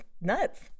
nuts